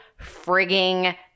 frigging